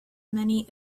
many